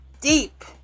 deep